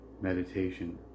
meditation